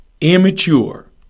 immature